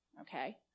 okay